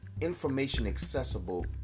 information-accessible